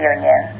Union